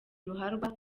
ruharwa